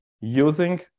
using